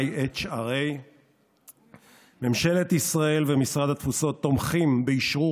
IHRA. ממשלת ישראל ומשרד התפוצות תומכים באשרור